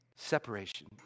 Separation